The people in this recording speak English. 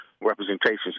representations